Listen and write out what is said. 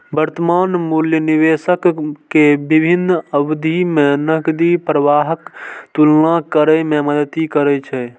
वर्तमान मूल्य निवेशक कें विभिन्न अवधि मे नकदी प्रवाहक तुलना करै मे मदति करै छै